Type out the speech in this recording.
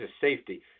safety